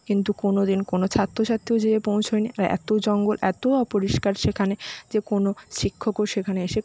কিন্তু কোনো দিন কোনো ছাত্র ছাত্রীও যেয়ে পৌঁছোয় নি আর এতো জঙ্গল এতো অপরিষ্কার সেখানে যে কোনো শিক্ষকও সেখানে এসে